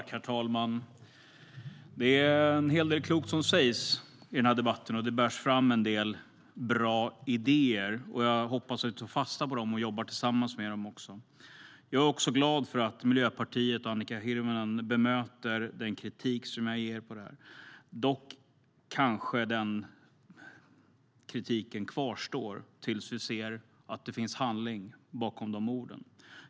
Herr talman! Det sägs en hel del klokt i denna debatt, och det bärs fram en del bra idéer. Jag hoppas att vi kan ta fasta på dem och jobba tillsammans på dem. Jag är glad över att Miljöpartiets Annika Hirvonen bemötte min kritik. Dock kvarstår nog min kritik tills jag ser att det finns handling bakom orden.